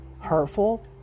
hurtful